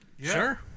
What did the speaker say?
Sure